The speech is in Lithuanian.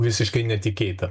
visiškai netikėta